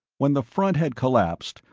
when the front had collapsed,